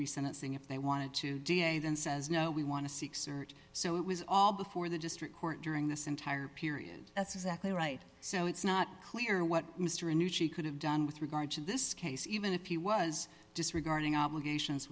recent acing if they wanted to d n a then says no we want to seek search so it was all before the district court during this entire period that's exactly right so it's not clear what mr knew she could have done with regard to this case even if he was disregarding obligations